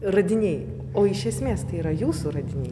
radiniai o iš esmės tai yra jūsų radiniai